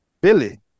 Billy